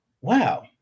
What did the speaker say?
wow